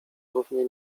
równie